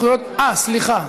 סליחה.